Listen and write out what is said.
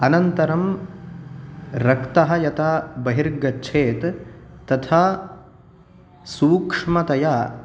अनन्तरं रक्तः यदा बहिर्गच्छेत् तथा सूक्ष्मतया